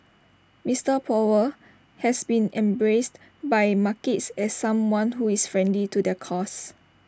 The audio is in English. Mister powell has been embraced by markets as someone who is friendly to their cause